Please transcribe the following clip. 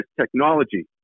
technology